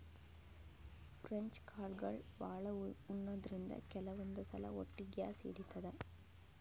French ಕಾಳ್ಗಳ್ ಭಾಳ್ ಉಣಾದ್ರಿನ್ದ ಕೆಲವಂದ್ ಸಲಾ ಹೊಟ್ಟಿ ಗ್ಯಾಸ್ ಹಿಡಿತದ್